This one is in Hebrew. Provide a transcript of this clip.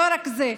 לא רק זה,